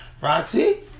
Roxy